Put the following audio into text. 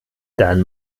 dann